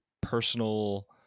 personal